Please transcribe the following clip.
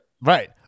Right